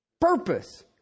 purpose